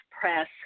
press